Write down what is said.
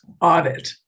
audit